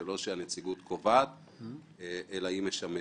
זה לא שהנציגות קובעת, אלא היא משמשת,